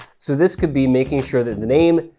so this could be making sure that the name,